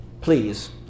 Please